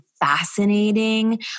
fascinating